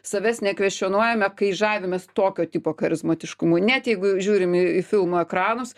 savęs nekvestionuojame kai žavimės tokio tipo charizmatiškumu net jeigu žiūrim į filmų ekranus